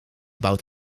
bouwt